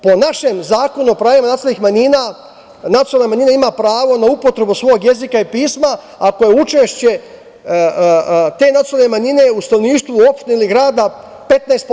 Po našem Zakonu o pravima nacionalnih manjina, nacionalna manjina ima pravo na upotrebu svog jezika i pisma ako je učešće te nacionalne manjine u stanovništvu u opštini grada 15%